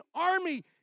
army